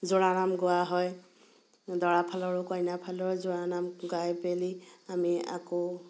জোৰা নাম গোৱা হয় দৰা ফালৰো কইনা ফালৰো জোৰা নাম গাই মেলি আমি আকৌ